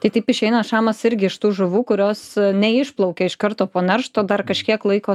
tai taip išeina šamas irgi iš tų žuvų kurios neišplaukia iš karto po neršto dar kažkiek laiko